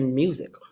music